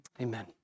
Amen